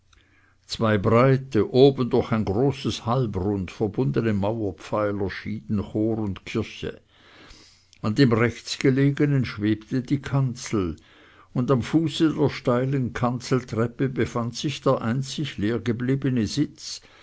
zwei breite oben durch ein großes halbrund verbundene mauerpfeiler schieden chor und kirche an dem rechts gelegenen schwebte die kanzel und am fuße der steilen kanzeltreppe befand sich der einzig leer gebliebene sitz